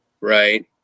Right